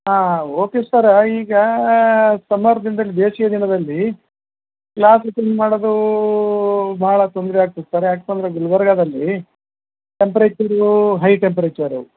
ಹಾಂ okay sir ಈಗ summer ದಿನ್ದಲ್ಲಿ ಬೇಸಿಗೆ ದಿನದಲ್ಲಿ ಕ್ಲಾಸ್ ಅಟೆಂಡ್ ಮಾಡೋದು ಭಾಳ ತೊಂದರೆ ಆಗ್ತದೆ ಸರ್ ಯಾಕಂದ್ರೆ ಗುಲ್ಬರ್ಗಾದಲ್ಲಿ ಟೆಂಪ್ರೇಚರು ಹೈ ಟೆಂಪ್ರೇಚರು